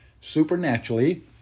supernaturally